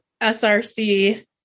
SRC